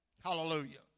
Hallelujah